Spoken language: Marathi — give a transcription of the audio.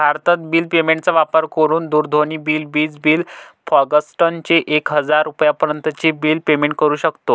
भारतत बिल पेमेंट चा वापर करून दूरध्वनी बिल, विज बिल, फास्टॅग चे एक हजार रुपयापर्यंत चे बिल पेमेंट करू शकतो